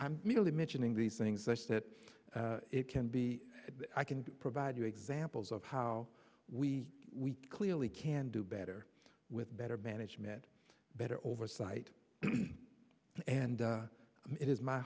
i'm merely mentioning these things such that it can be i can provide you examples of how we we clearly can do better with better management better oversight and it is my